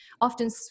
often